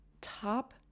top